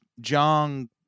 jong